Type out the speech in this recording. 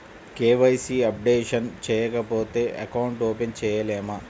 KYC updation చేయకపోతే account open చేయలేమా?